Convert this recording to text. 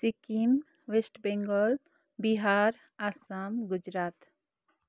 Sikkim west Bengal Bihar Assam Gujarat